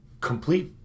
complete